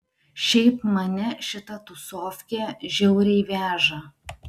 šiaip mane šita tūsofkė žiauriai veža